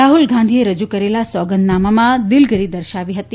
રાહુલ ગાંધીએ રજૂ કરેલા સોગંદનામામાં દિલગીરી દર્શાવી હતી